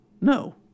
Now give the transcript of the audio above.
no